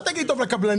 אל תגיד טוב לקבלנים,